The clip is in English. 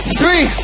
three